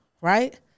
right